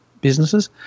businesses